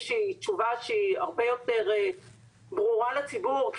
שהיא תשובה שהיא הרבה יותר ברורה לציבור,